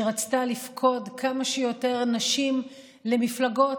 שרצתה לפקוד כמה שיותר נשים למפלגות,